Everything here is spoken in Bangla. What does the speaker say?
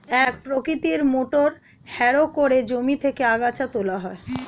এক প্রকৃতির মোটর হ্যারো করে জমি থেকে আগাছা তোলা হয়